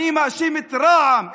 אני מאשים את רע"מ,